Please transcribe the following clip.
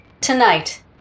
Tonight